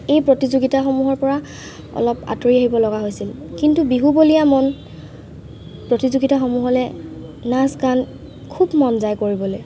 এই প্ৰতিযোগিতাসমূহৰ পৰা অলপ আতঁৰি আহিব লগা হৈছিল কিন্তু বিহুবলিয়া মন প্ৰতিযোগিতাসমূহলৈ নাচ গান খুব মন যায় কৰিবলৈ